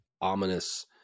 ominous